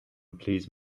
please